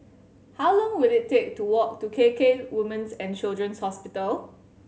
how long will it take to walk to K K Women's And Children's Hospital